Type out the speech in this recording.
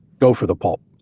go for the pulp.